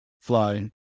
fly